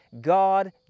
God